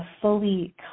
fully